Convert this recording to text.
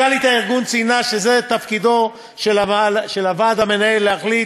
מנכ"לית הארגון ציינה: זה תפקידו של הוועד המנהל להחליט.